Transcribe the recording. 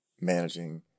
managing